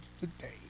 today